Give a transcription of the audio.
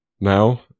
now